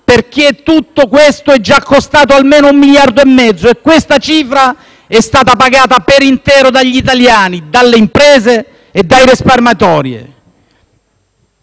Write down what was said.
perché tutto ciò è già costato almeno un miliardo e mezzo di euro, e questa cifra è stata pagata per intero dagli italiani, dalle imprese e dai risparmiatori.